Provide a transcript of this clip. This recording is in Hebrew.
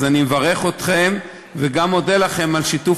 אז אני מברך אתכם וגם מודה לכם על שיתוף